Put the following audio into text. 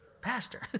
Pastor